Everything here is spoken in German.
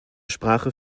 sprache